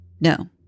No